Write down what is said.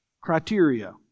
criteria